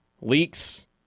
leaks